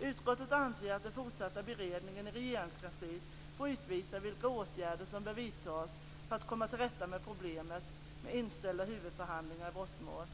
Utskottet anser att den fortsatta beredningen i Regeringskansliet får utvisa vilka åtgärder som bör vidtas för att komma till rätta med problemet med inställda huvudförhandlingar i brottmål.